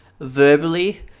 verbally